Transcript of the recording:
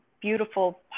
beautiful